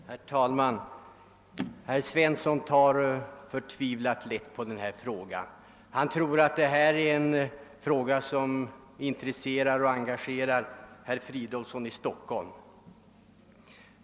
Herr talman! Herr Svensson i Kungälv tar mycket lätt på denna fråga. Han tror att den bara intresserar och engagerar herr Fridolfsson i Stockholm.